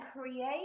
create